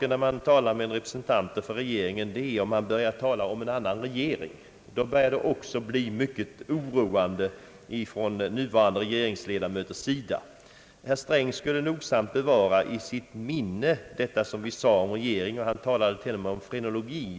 När man talar med regeringens representanter om en ny regering blir de mycket oroade. Herr Sträng borde nogsamt bevara i sitt minne vad vi sade om regeringen. Han talade t.o.m. om frenologi.